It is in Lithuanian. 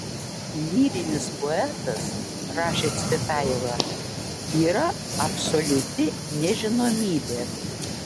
lyrinis poetas rašė cvetajeva yra absoliuti nežinomybė